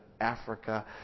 Africa